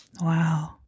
Wow